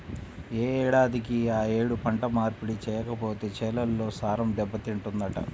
యే ఏడాదికి ఆ యేడు పంట మార్పిడి చెయ్యకపోతే చేలల్లో సారం దెబ్బతింటదంట